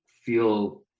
feel